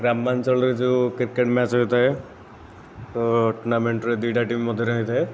ଗ୍ରାମାଞ୍ଚଳରେ ଯେଉଁ cricket match ହୋଇଥାଏ ତ ଟୁର୍ନାମେଣ୍ଟରେ ଦୁଇଟା ଟିମ୍ ମଧ୍ୟରେ ରହିଥାଏ